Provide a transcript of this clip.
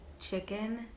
chicken